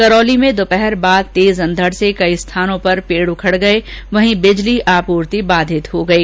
करौली में दोपहर बाद तेज अंधड़ से कई स्थानों पर पेड उखड़ गए वहीं बिजली आपूर्ति बाघित हो गई